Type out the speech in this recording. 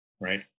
right